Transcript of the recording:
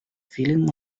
feeling